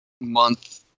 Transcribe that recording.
month